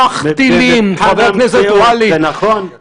כשאתמול הוצא להורג איאד אל-חלאק לא שמענו אף אחד מכם קם וצועק.